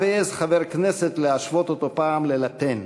העז חבר כנסת להשוות אותו פעם ללה-פן.